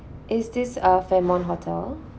is this uh fairmont hotel